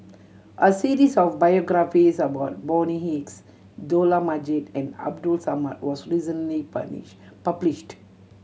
a series of biographies about Bonny Hicks Dollah Majid and Abdul Samad was recently publish published